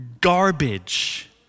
garbage